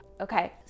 Okay